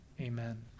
amen